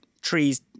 Trees